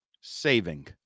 Saving